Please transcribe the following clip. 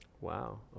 wow